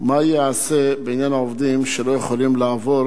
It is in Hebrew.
3. מה ייעשה בעניין העובדים שלא יכולים לעבור